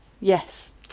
Yes